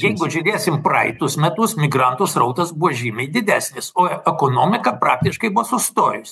jeigu žiūrėsim praeitus metus migrantų srautas buvo žymiai didesnis o ekonomika praktiškai buvo sustojus